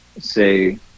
say